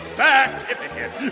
certificate